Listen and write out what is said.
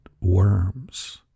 worms